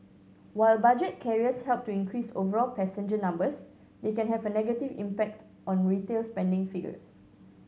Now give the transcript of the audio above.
while budget carriers help to increase overall passenger numbers they can have a negative impact on retail spending figures